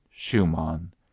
Schumann